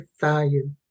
value